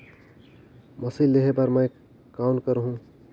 Machine लेहे बर मै कौन करहूं?